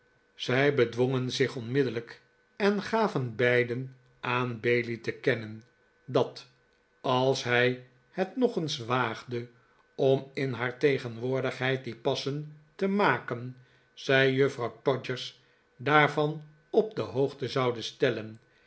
zij bedwongen zich onmiddellijk en gaven beiden aan bailey te kennen dat als hij het nog eens waagde om in haar tegenwoordigheid die pass en te maken zij juffrouw todgers daarvan op de hoogte zouden stellen